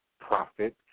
profit